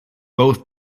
both